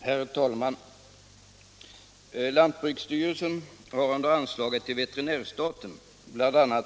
Herr talman!